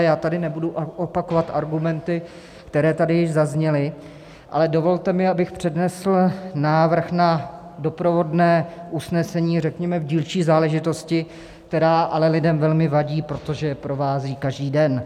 Já tady nebudu opakovat argumenty, které tady zazněly, ale dovolte mi, abych přednesl návrh na doprovodné usnesení, řekněme, v dílčí záležitosti, která ale lidem velmi vadí, protože je provází každý den.